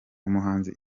umuhanzi